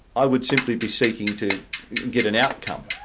i would simply be seeking to get an outcome,